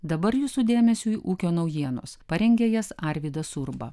dabar jūsų dėmesiui ūkio naujienos parengė jas arvydas urba